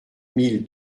mille